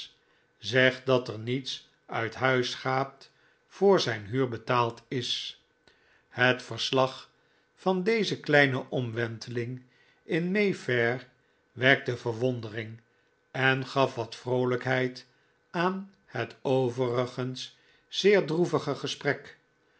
zegt dat er niets uit huis gaat voor zijn huur betaald is het verslag van deze kleine omwenteling in may fair wekte verwondering en gaf wat vroolijkheid aan het overigens zeer droevige gesprek